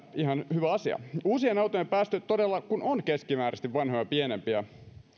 ihan hyvä asia uusien autojen päästöt todella kun ovat keskimääräisesti vanhoja pienempiä